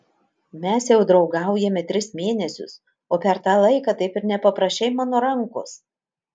mes jau draugaujame tris mėnesius o per tą laiką taip ir nepaprašei mano rankos